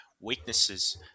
weaknesses